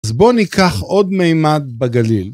אז בואו ניקח עוד מימד בגליל.